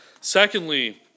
Secondly